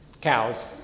Cows